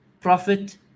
Prophet